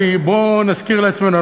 בוא נזכיר לעצמנו,